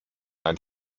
ein